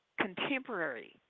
contemporary